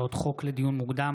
הצעות חוק לדיון מוקדם,